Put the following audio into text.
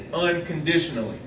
unconditionally